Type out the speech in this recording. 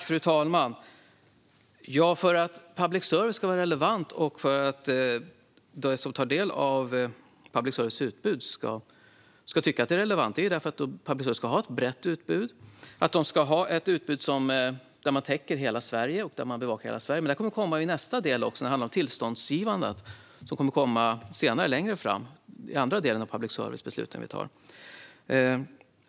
Fru talman! För att de som tar del av utbudet från public service ska tycka att det är relevant ska utbudet vara brett samt täcka in och bevaka hela Sverige. Frågan om tillståndsgivning kommer längre fram i den andra delen av de beslut om public service som ska fattas.